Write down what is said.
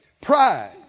pride